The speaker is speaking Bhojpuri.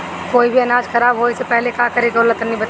कोई भी अनाज खराब होए से पहले का करेके होला तनी बताई?